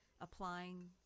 applying